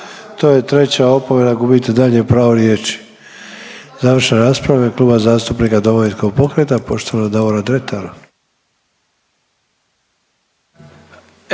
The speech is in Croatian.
To je treća opomena, gubite daljnje pravo riječi. Završna rasprava u ime Kluba zastupnika Domovinskog pokreta, poštovanog Davora Dretara.